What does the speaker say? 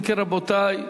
אם כן, רבותי,